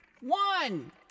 one